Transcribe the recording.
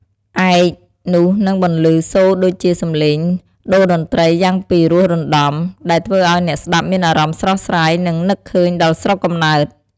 ឯក នោះនឹងបន្លឺសូរដូចជាសម្លេងតូរ្យតន្ត្រីយ៉ាងពីរោះរណ្តំ ដែលធ្វើឱ្យអ្នកស្តាប់មានអារម្មណ៍ស្រស់ស្រាយ និងនឹកឃើញដល់ស្រុកកំណើត។